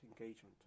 engagement